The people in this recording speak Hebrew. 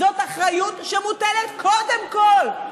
זאת אחריות שמוטלת קודם כול,